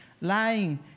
lying